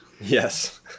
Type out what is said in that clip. Yes